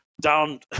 Down